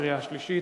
בקריאה השלישית.